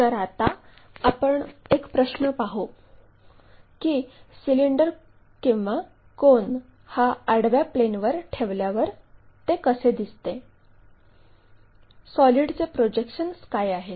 तर आता आपण एक प्रश्न पाहू की सिलेंडर किंवा कोन हा आडव्या प्लेनवर ठेवल्यावर ते कसे दिसते सॉलिडचे प्रोजेक्शन्स काय आहेत